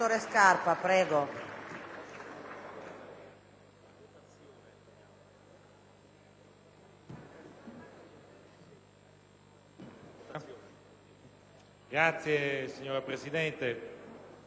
Signora Presidente, onorevoli colleghi,